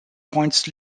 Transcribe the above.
points